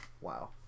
Wow